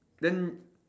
then